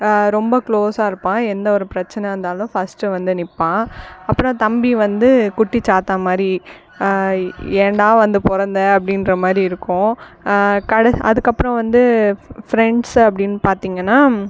ரொம்ப க்ளோஸாக இருப்பான் எந்த ஒரு பிரச்சனை வந்தாலும் ஃபஸ்ட்டு வந்து நிற்பான் அப்புறம் தம்பி வந்து குட்டிச்சாத்தான் மாதிரி ஏன்டா வந்து பொறந்த அப்படின்ற மாதிரி இருக்கும் கட அதுக்கப்பறம் வந்து ஃப்ரெண்ட்ஸு அப்படின்னு பார்த்தீங்கன்னா